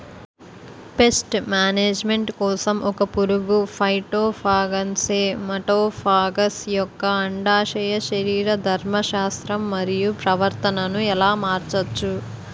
Paste management కోసం ఒక పురుగు ఫైటోఫాగస్హె మటోఫాగస్ యెక్క అండాశయ శరీరధర్మ శాస్త్రం మరియు ప్రవర్తనను ఎలా మార్చచ్చు?